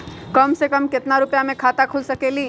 कम से कम केतना रुपया में खाता खुल सकेली?